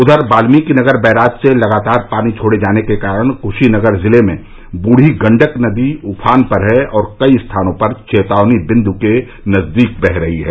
उधर वात्मीकि नगर बैराज से लगातार पानी छोड़े जाने के कारण कुशीनगर जिले में बूढ़ी गण्डक नदी उफान पर है और कई स्थानों पर चेतावनी बिंदु के नजदीक बह रही है